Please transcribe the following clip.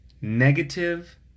negative